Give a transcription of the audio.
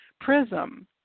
prism